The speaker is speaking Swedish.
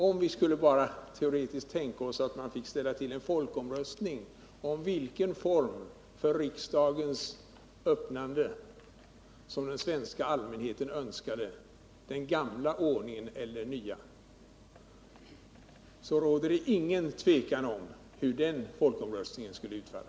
Om vi teoretiskt tänker oss att man fick ställa till med en folkomröstning om vilken form för riksdagens öppnande som den svenska allmänheten önskar — den gamla ordningen eller den nya — råder det enligt min uppfattning inget tvivel om hur den folkomröstningen skulle utfalla.